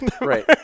Right